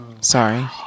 sorry